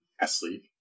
asleep